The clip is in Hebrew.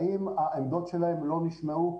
האם העמדות שלהם לא נשמעו?